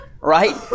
Right